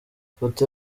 ifoto